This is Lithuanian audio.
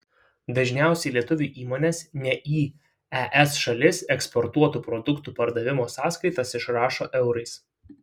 dažniausiai lietuvių įmonės ne į es šalis eksportuotų produktų pardavimo sąskaitas išrašo eurais